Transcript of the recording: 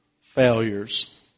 failures